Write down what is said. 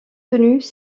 tenues